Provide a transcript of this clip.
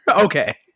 Okay